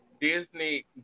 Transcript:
Disney